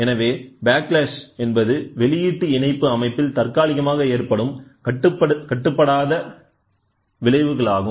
எனவேப்ளாக்ளாஷ் என்பது வெளியீட்டு இணைப்பு அமைப்பில் தற்காலிகமாக ஏற்படும் கட்டுப்படுத்தப்படாத தன் விளைவுகளாகும்